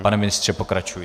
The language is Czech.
Pane ministře, pokračujte.